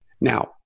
Now